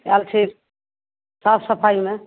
आएल छी साफ सफाइमे